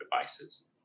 devices